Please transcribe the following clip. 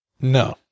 No